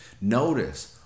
Notice